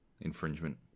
infringement